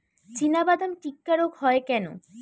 চিনাবাদাম টিক্কা রোগ হয় কেন?